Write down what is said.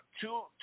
two